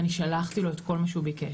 ואני שלחתי לו את כל מה שהוא ביקש,